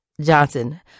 Johnson